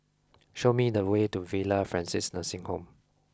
show me the way to Villa Francis Nursing Home